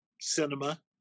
cinema